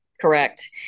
Correct